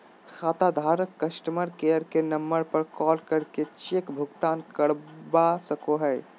खाताधारक customer care के number पर कॉल करके चेक भुगतान रोकवा सको हय